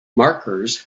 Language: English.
markers